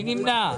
מי נמנע?